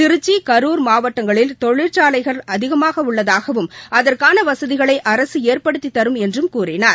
திருச்சி கரூர் மாவட்டங்களில் தொழிற்சாலைகள் அதிகமாக உள்ளதாகவும் அதற்கான வசதிகளை அரசு ஏற்படுத்தித் தரும் என்றும் கூறினார்